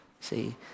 See